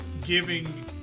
giving